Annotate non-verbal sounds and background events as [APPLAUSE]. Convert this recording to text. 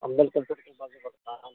ಅಂಬೇಡ್ಕರ್ [UNINTELLIGIBLE] ಬರುತ್ತಾ [UNINTELLIGIBLE]